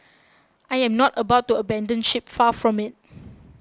I am not about to abandon ship far from it